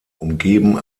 umgeben